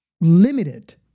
limited